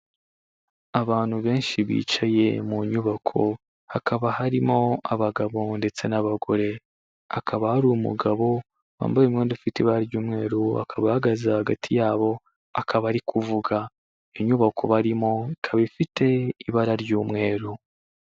Abantu benshi bicaye mu nyubako, hakaba harimo abagabo ndetse n'abagore, hakaba hari umugabo wambaye umwenda ufite ibara ry'umweru, akaba ahagaze hagati yabo, akaba ari kuvuga, iyo inyubako barimo ikaba ifite ibara ry'umweru.